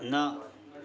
न